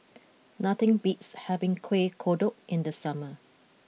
nothing beats having Kueh Kodok in the summer